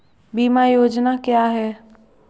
बीमा योजना क्या है?